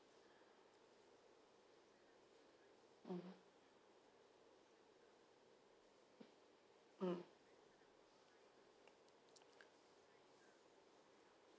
mm